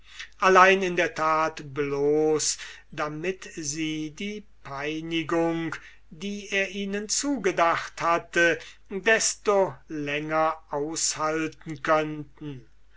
allein in der tat bloß damit sie die peinigung die er ihnen zugedacht desto länger aushalten könnten